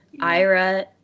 Ira